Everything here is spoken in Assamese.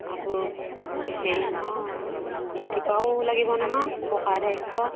আকৌ হেৰি নহয় বুককিপাৰো লাগিব নহয় কোষাধক্ষ